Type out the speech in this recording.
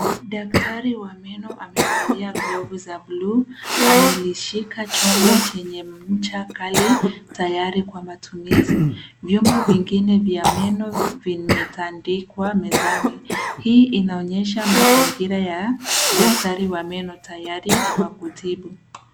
Daktari wa meno amevalia glovu za buluu. Amelishika chombo chenye ncha kali, tayari kwa matumizi. Vyombo vingine vya meno vimetandikwa mezani. Hii inaonyesha mazingira ya daktari wa meno, tayari kwa kutibu.